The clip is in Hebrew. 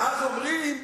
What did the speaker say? ואז אומרים,